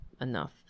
enough